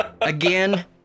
again